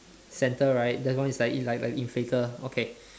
centre right that one is like like like inflator okay